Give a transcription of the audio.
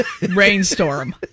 rainstorm